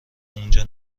اونجا